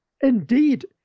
Indeed